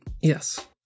Yes